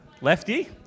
Lefty